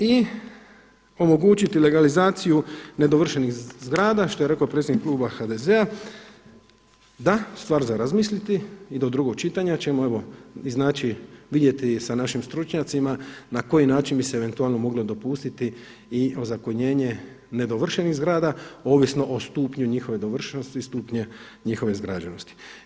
I omogućiti legalizaciju nedovršenih zgrada što je rekao predsjednik kluba HDZ-a, da, stvar za razmisliti i do drugog čitanja čemu evo i znači vidjeti i sa našim stručnjacima na koji način bi se eventualno moglo i dopustiti i ozakonjenje nedovršenih zgrada ovisno o stupnju njihove dovršenosti i stupnju njihove izgrađenosti.